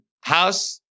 House